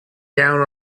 down